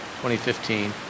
2015